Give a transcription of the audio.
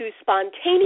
spontaneous